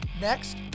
next